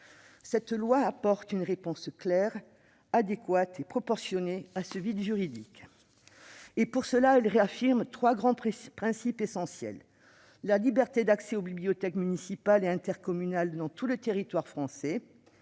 Cette loi apporte une réponse claire, adéquate et proportionnée à ce vide juridique. Pour cela, elle réaffirme trois grands principes essentiels : la liberté d'accès aux bibliothèques municipales et intercommunales sur tout le territoire français